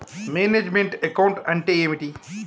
Manage meant account అంటే ఏమిటి?